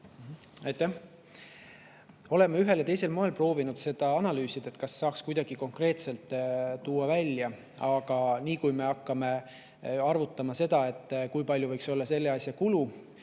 oleme ühel või teisel moel proovinud seda analüüsida, kas saaks kuidagi konkreetset [summat] välja tuua, aga nii kui me hakkame arvutama, kui palju võiks olla selle asja kulu,